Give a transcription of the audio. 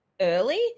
early